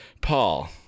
Paul